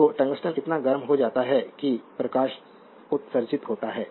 तो टंगस्टन इतना गर्म हो जाता है कि प्रकाश उत्सर्जित होता है